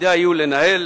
שתפקידיו יהיו לנהל,